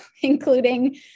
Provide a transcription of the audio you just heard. including